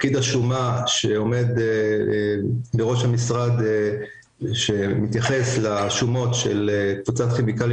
פקיד השומה שעומד בראש המשרד שמתייחס לשומות של קבוצת כימיקלים